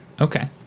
Okay